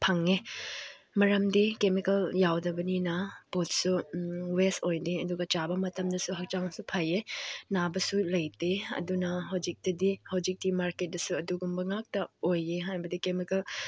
ꯐꯪꯉꯦ ꯃꯔꯝꯗꯤ ꯀꯦꯃꯤꯀꯦꯜ ꯌꯥꯎꯗꯕꯅꯤꯅ ꯄꯣꯠꯁꯨ ꯋꯦꯁ ꯑꯣꯏꯗꯦ ꯑꯗꯨꯒ ꯆꯥꯕ ꯃꯇꯝꯗꯁꯨ ꯍꯛꯆꯥꯡꯁꯨ ꯐꯩꯌꯦ ꯅꯥꯕꯁꯨ ꯂꯩꯇꯦ ꯑꯗꯨꯅ ꯍꯧꯖꯤꯛꯇꯗꯤ ꯍꯧꯖꯤꯛꯇꯤ ꯃꯥꯔꯀꯦꯠꯇꯁꯨ ꯑꯗꯨꯒꯨꯝꯕ ꯉꯥꯛꯇ ꯑꯣꯏꯌꯦ ꯍꯥꯏꯕꯗꯤ ꯀꯦꯃꯤꯀꯦꯜ